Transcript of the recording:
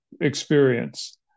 experience